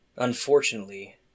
Unfortunately